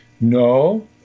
no